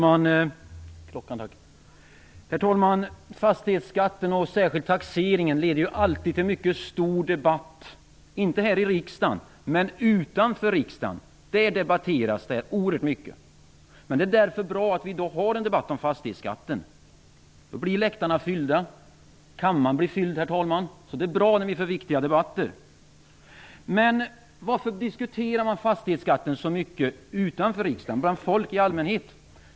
Herr talman! Fastighetsskatten och särskilt taxeringen leder alltid till mycket debatt. Inte här i riksdagen, men utanför riksdagen debatteras det oerhört mycket. Det är därför bra att vi i dag har en debatt om fastighetsskatten. Då blir läktarna fyllda. Kammaren blir fylld, herr talman. Så det är bra när vi för viktiga debatter. Men varför diskuterar man fastighetsskatten så mycket utanför riksdagen, bland folk i allmänhet?